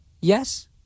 Yes